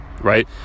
right